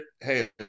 hey